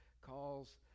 calls